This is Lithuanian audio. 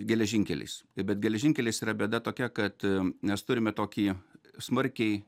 geležinkeliais tai bet geležinkelis yra bėda tokia kad mes turime tokį smarkiai